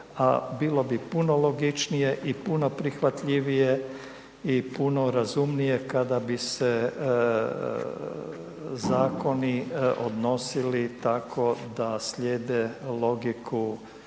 a bilo bi puno logičnije i puno prihvatljivije i puno razumnije kada bi se zakoni odnosili tako da slijede logiku,